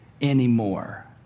anymore